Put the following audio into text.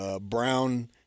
Brown